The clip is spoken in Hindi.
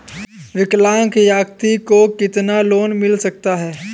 विकलांग व्यक्ति को कितना लोंन मिल सकता है?